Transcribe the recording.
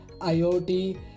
iot